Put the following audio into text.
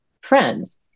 friends